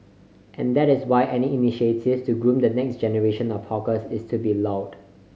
and that is why any initiative to groom the next generation of hawkers is to be lauded